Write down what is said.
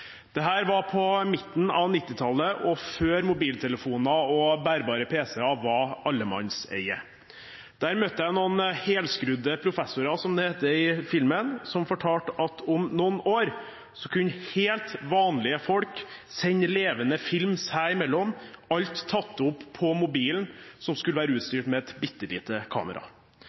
var på midten av 1990-tallet og før mobiltelefoner og bærbare PC-er var allemannseie. Der møtte jeg noen helskrudde professorer, som det heter i filmen, som fortalte at om noen år kunne helt vanlige folk sende levende film seg imellom – alt tatt opp på mobilen, som skulle være utstyrt med et bitte lite kamera.